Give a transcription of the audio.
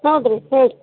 ಹೌದು ರೀ ಹೇಳ್ರಿ